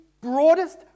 broadest